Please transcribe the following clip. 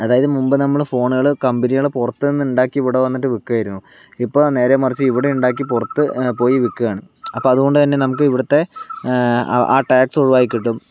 അതായത് മുമ്പ് നമ്മള് ഫോണുകൾ കമ്പനികള് പുറത്തു നിന്ന് ഉണ്ടാക്കി ഇവിടെ വന്നിട്ട് വിൽക്കായിരുന്നു ഇപ്പോൾ നേരെമറിച്ച് ഇവിടെ ഉണ്ടാക്കി പുറത്തുപോയി വിക്കാണ് അപ്പോൾ അതുകൊണ്ട് തന്നെ നമുക്ക് ഇവിടത്തെ ആ ടാക്സ് ഒഴിവായി കിട്ടും